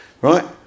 right